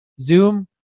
zoom